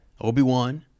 Obi-Wan